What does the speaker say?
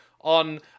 on